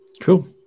Cool